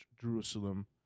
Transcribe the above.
Jerusalem